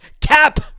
Cap